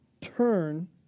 turn